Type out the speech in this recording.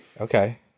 Okay